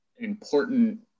Important